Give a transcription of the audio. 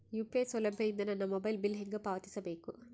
UPI ಸೌಲಭ್ಯ ಇಂದ ನನ್ನ ಮೊಬೈಲ್ ಬಿಲ್ ಹೆಂಗ್ ಪಾವತಿಸ ಬೇಕು?